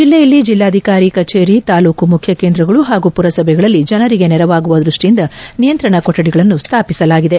ಬಿಲ್ಲೆಯಲ್ಲಿ ಜಿಲ್ಲಾಧಿಕಾರಿ ಕಚೇರಿ ತಾಲ್ಲೂಕು ಮುಖ್ಯಕೇಂದ್ರಗಳು ಹಾಗೂ ಪುರಸಭೆಗಳಲ್ಲಿ ಜನರಿಗೆ ನೆರವಾಗುವ ದೃಷ್ಟಿಯಿಂದ ನಿಯಂತ್ರಣ ಕೊಠಡಿಗಳನ್ನು ಸ್ವಾಪಿಸಲಾಗಿದೆ